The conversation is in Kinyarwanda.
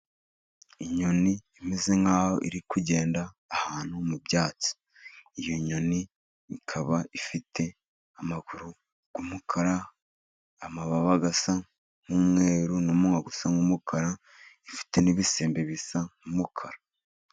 Inyoni imeze nk'aho iri kugenda ahantu mu byatsi. Iyo nyoni ikaba ifite amaguru y'umukara amababa asa n'umweru n'umunwa usa nk'umukara ifite n'ibisembe bisa nk'umukara.